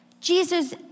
Jesus